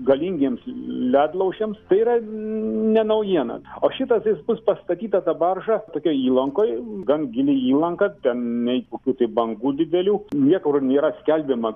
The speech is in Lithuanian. galingiems ledlaužiams tai yra ne naujiena o šitas jis bus pastatyta ta barža tokioj įlankoj gan gili įlanka ten nei kokių tai bangų didelių niekur nėra skelbiama